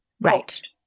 right